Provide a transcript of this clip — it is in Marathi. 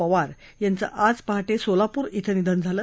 पवार यांचं आज पहाटे सोलापूर इथं निधन झालं